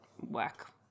work